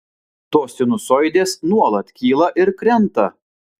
tos sinusoidės nuolat kyla ir krenta